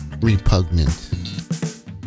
repugnant